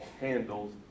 handles